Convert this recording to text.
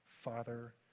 Father